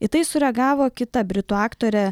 į tai sureagavo kita britų aktorė